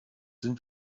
sind